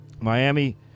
Miami